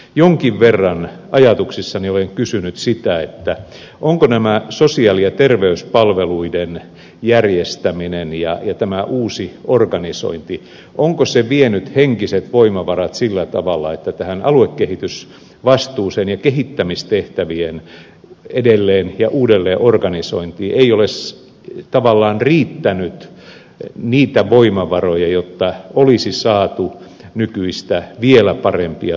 jonkin verran olen ajatuksissani kysynyt sitä onko tämä sosiaali ja terveyspalveluiden järjestäminen ja tämä uusi organisointi vienyt henkiset voimavarat sillä tavalla että tähän aluekehitysvastuuseen ja kehittämistehtävien edelleen ja uudelleenorganisointiin ei ole tavallaan riittänyt niitä voimavaroja jotta olisi saatu vielä nykyistä parempia tuloksia